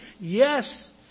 Yes